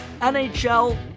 NHL